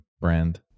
brand